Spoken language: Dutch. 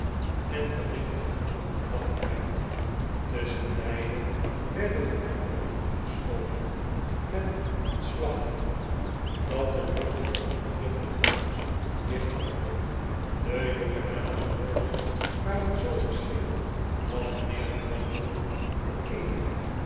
en verrichtte wonderen van dapperheid tusschenbeide werden de kanonnen afgeschoten met een slag dat de lucht van het gegil der dames weergalmde de jongedames wardle waren zoo verschrikt dat mijnheer trundle de eene